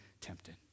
tempted